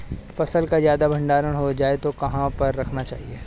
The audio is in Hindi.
फसल का ज्यादा भंडारण हो जाए तो कहाँ पर रखना चाहिए?